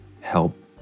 help